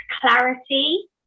clarity